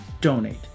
donate